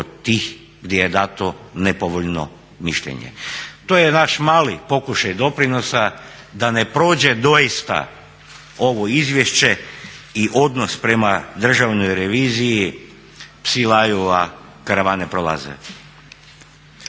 kod tih di je dato nepovoljno mišljenje. To je naš mali pokušaj doprinosa da ne prođe doista ovo izvješće i odnos prema Državnoj reviziji, psi laju a karavane prolaze.